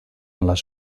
les